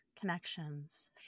connections